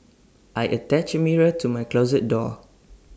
I attached A mirror to my closet door